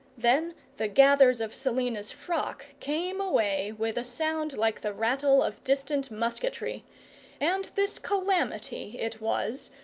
then the gathers of selina's frock came away with a sound like the rattle of distant musketry and this calamity it was,